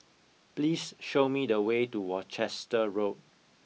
please show me the way to Worcester Road